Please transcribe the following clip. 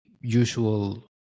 usual